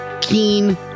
Keen